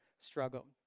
struggle